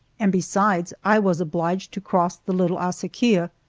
and besides, i was obliged to cross the little acequia.